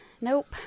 Nope